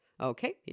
Okay